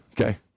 okay